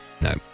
No